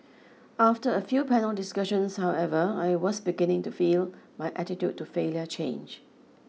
after a few panel discussions however I was beginning to feel my attitude to failure change